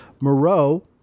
Moreau